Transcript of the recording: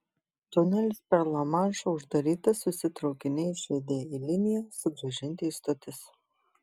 tunelis per lamanšą uždarytas visi traukiniai išriedėję į liniją sugrąžinti į stotis